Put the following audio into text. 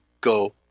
go